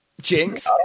Jinx